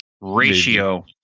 Ratio